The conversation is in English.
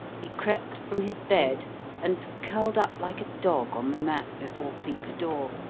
he crept from his bed and curled up like a dog on the mat before cleek's door,